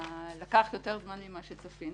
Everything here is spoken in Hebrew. לקח יותר זמן ממה שצפינו,